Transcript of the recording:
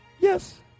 Yes